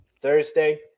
Thursday